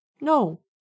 No